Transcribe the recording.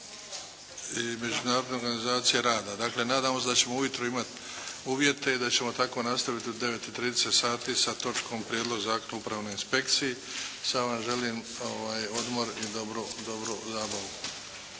i Međunarodna organizacija rada. Dakle, nadamo se da ćemo ujutro imati uvjete i da ćemo tako nastaviti u 9 i 30 sati sa točkom Prijedlog Zakona o upravnoj inspekciji. Sad vam želim odmor i dobru zabavu.